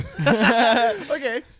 Okay